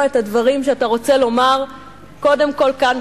את הדברים שאתה רוצה לומר קודם כול כאן,